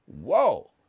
Whoa